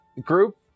group